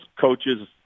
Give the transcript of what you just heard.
coaches